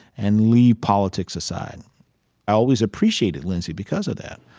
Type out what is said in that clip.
and leave politics aside. i always appreciated lindsey because of that.